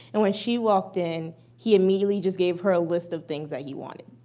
and when she walked in, he immediately just gave her a list of things that he wanted,